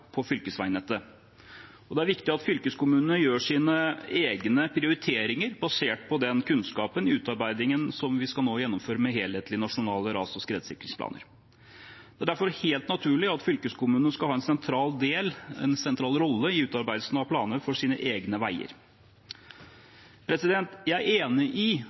på fylkesveinettet. Det er viktig at fylkeskommunene gjør sine egne prioriteringer basert på den kunnskapen i utarbeidingen som vi nå skal gjennomføre, med helhetlige, nasjonale ras- og skredsikringsplaner. Det er derfor helt naturlig at fylkeskommunene skal ha en sentral rolle i utarbeidelsen av planene for sine egne veier. Jeg er enig i